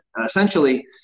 essentially